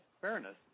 fairness